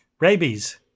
Rabies